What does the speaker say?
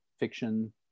fiction